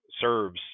serves